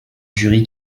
jury